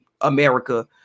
America